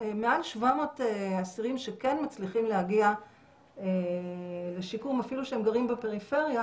מעל 700 אסירים שכן מצליחים להגיע לשיקום אפילו שהם גרים בפריפריה.